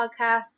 Podcasts